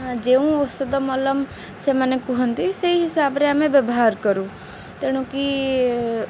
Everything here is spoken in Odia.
ଯେଉଁ ଔଷଧ ମଲମ ସେମାନେ କୁହନ୍ତି ସେଇ ହିସାବରେ ଆମେ ବ୍ୟବହାର କରୁ ତେଣୁକି